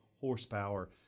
horsepower